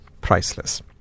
priceless